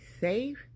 safe